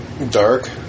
Dark